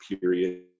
period